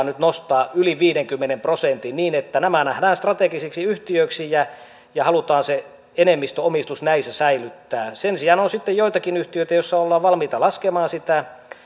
nyt nostaa yli viidenkymmenen prosentin niin että nämä nähdään strategisiksi yhtiöiksi ja ja halutaan se enemmistöomistus näissä säilyttää sen sijaan on sitten joitakin yhtiöitä joissa ollaan valmiita laskemaan sitä